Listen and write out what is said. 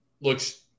looks